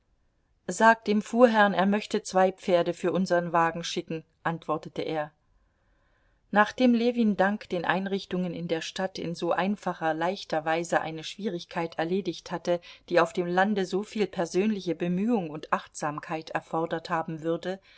sag dem fuhrherrn er möchte zwei pferde für unsern wagen schicken antwortete er nachdem ljewin dank den einrichtungen in der stadt in so einfacher leichter weise eine schwierigkeit erledigt hatte die auf dem lande soviel persönliche bemühung und achtsamkeit erfordert haben würde